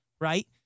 right